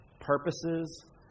purposes